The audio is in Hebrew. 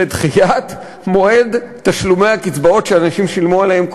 זה דחיית מועד תשלומי הקצבאות שאנשים שילמו עליהם,